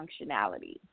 functionality